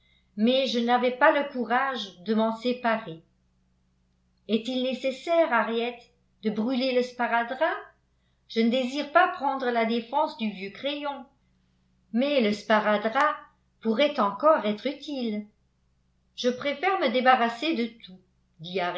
mais je n'avais pas le courage de m'en séparer est-il nécessaire henriette de brûler le sparadrap je ne désire pas prendre la défense du vieux crayon mais le sparadrap pourrait encore être utile je préfère me débarrasser de tout